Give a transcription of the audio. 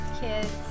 kids